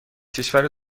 کشور